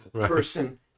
person